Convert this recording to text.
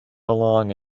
along